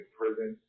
prison